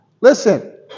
Listen